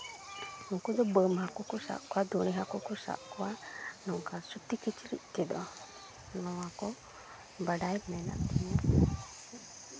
ᱩᱱᱠᱩ ᱫᱚ ᱵᱟᱹᱱ ᱦᱟᱹᱠᱩ ᱠᱚ ᱥᱟᱵ ᱠᱚᱣᱟ ᱛᱚ ᱫᱩᱲᱤ ᱦᱟᱹᱠᱩ ᱠᱚ ᱥᱟᱵ ᱠᱚᱣᱟ ᱱᱚᱝᱠᱟ ᱥᱩᱛᱤ ᱠᱤᱪᱨᱤᱡ ᱛᱮᱫᱚ ᱱᱚᱣᱟᱠᱚ ᱵᱟᱰᱟᱭ ᱢᱮᱱᱟᱜ ᱛᱤᱧᱟᱹ